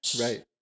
right